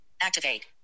activate